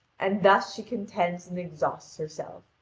and thus she contends and exhausts herself.